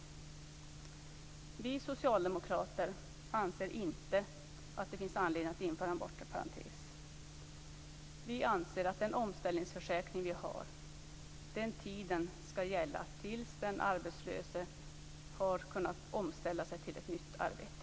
Vi socialdemokrater anser inte att det finns anledning att införa en bortre parentes. Vi anser att den omställningsförsäkring vi har skall gälla tiden tills den arbetslöse har kunnat omställa sig till ett nytt arbete.